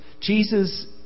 Jesus